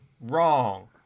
wrong